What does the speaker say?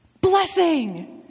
Blessing